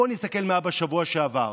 בואו נסתכל מה היה בשבוע שעבר.